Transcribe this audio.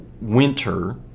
winter